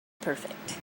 perfect